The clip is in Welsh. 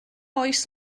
oes